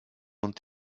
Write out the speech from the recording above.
ont